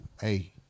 hey